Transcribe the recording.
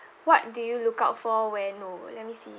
what do you look out for when no let me see